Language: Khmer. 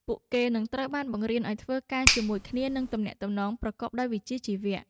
ពួកគេនឹងត្រូវបានបង្រៀនឱ្យធ្វើការជាមួយគ្នានិងទំនាក់ទំនងប្រកបដោយវិជ្ជាជីវៈ។